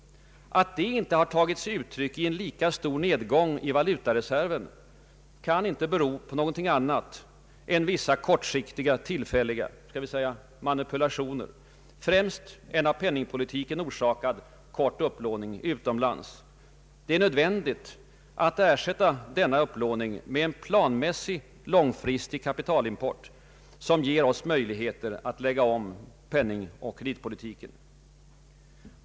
Att detta inte har tagit sig uttryck i en lika stor nedgång i valutareserven kan inte bero på något annat än vissa kortsiktiga tillfälliga, skall vi säga, manipulationer — främst en av penningpolitiken orsakad kort upplåning utomlands. Det är nödvändigt att ersätta denna upplåning med en planmässig långfristig kapitalimport, som ger oss möjligheter att lägga om penningoch kreditpolitiken.